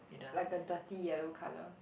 like a dirty yellow colour